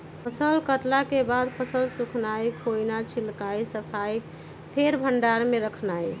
फसल कटला के बाद फसल सुखेनाई, खोइया छिलनाइ, सफाइ, फेर भण्डार में रखनाइ